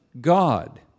God